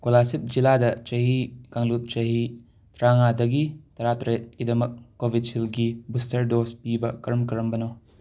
ꯀꯣꯂꯥꯁꯤꯞ ꯖꯤꯂꯥꯗ ꯆꯍꯤ ꯀꯥꯡꯂꯨꯞ ꯆꯍꯤ ꯇ꯭ꯔꯥꯉꯥꯗꯒꯤ ꯇꯔꯥꯇꯔꯦꯠꯀꯤꯗꯃꯛ ꯀꯣꯕꯤꯠꯁꯤꯜꯗꯒꯤ ꯕꯨꯁꯇꯔ ꯗꯣꯁ ꯄꯤꯕ ꯀꯔꯝ ꯀꯔꯝꯕꯅꯣ